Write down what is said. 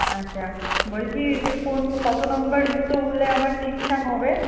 আচ্ছা বলছি যে কোন কতো নম্বর জুতো হলে আমার ঠিকঠাক হবে